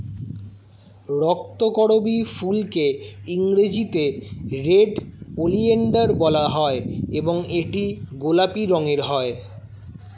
রক্তকরবী ফুলকে ইংরেজিতে red oleander বলা হয় এবং এটি গোলাপি রঙের হয়